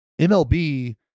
MLB